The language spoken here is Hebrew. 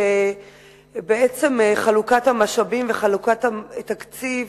ובעצם חלוקת המשאבים וחלוקת התקציב